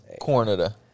Cornada